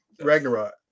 Ragnarok